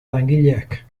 langileak